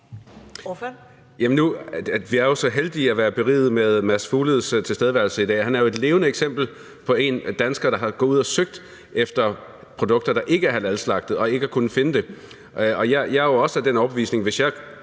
Vi er jo så heldige at være beriget med Mads Fugledes tilstedeværelse i dag, og han er jo et levende eksempel på en dansker, der er gået ud og har søgt efter produkter, der ikke er halalslagtet, og ikke har kunnet finde det. Jeg er jo også af den overbevisning, at hvis jeg